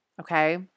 Okay